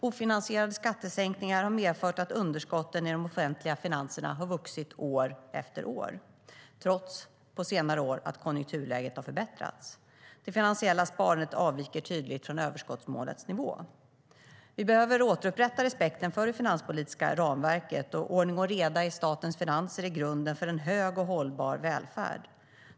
Ofinansierade skattesänkningar har medfört att underskotten i de offentliga finanserna har vuxit år efter år, trots att konjunkturläget har förbättrats på senare år. Det finansiella sparandet avviker tydligt från överskottsmålets nivå. Vi behöver återupprätta respekten för det finanspolitiska ramverket. Ordning och reda i statens finanser är grunden för en hög och hållbar välfärd.